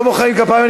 לא מוחאים כפיים.